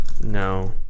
No